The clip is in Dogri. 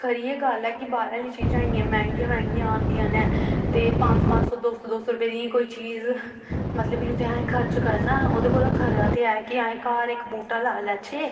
खरी गै गल्ल ऐ कि बाह्रा आह्लियां चीजां इन्नियां मैंह्गियां मैंह्गियां औंदियां न ते पंज पंज सौ दो दो सौ रपेऽ दी इ'यां कोई चीज मतलब की जित्थै असें खर्च करना ओह्दे कोला खरा ते ऐ कि अस घर इक बूह्टा लाई लैचै